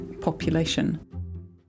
population